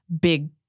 big